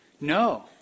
No